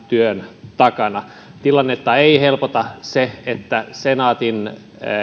työn takana tilannetta ei helpota se että senaatin